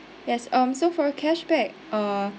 yes um so for a cashback uh